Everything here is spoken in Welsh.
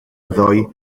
ddoe